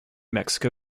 mexico